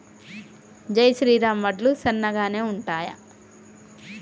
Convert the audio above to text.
జై శ్రీరామ్ వడ్లు సన్నగనె ఉంటయా?